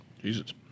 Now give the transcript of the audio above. Jesus